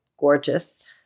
gorgeous